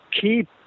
keep